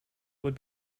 would